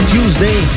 Tuesday